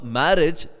marriage